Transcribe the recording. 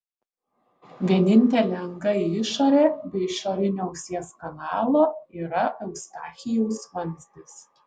vienintelė anga į išorę be išorinio ausies kanalo yra eustachijaus vamzdis